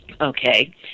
Okay